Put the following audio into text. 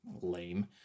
lame